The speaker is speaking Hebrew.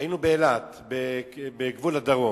היינו בגבול הדרום,